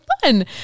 fun